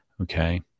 okay